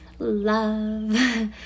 love